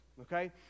okay